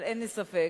אבל אין לי ספק